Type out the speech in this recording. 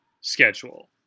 schedule